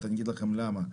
אני אגיד לכם למה.